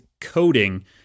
coding